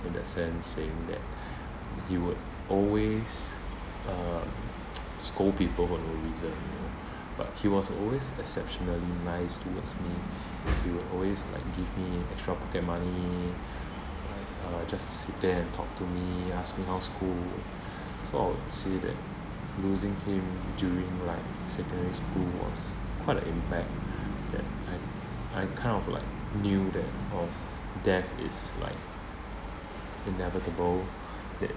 in that sense saying that he would always uh scold people for no reason but he was always exceptionally nice towards me he will always like give me extra pocket money and uh just sit there and talk to me ask me how's school so I would say that losing him during like secondary school was quite a impact that I I kind of like knew that oh death is like inevitable that